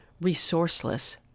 resourceless